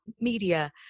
media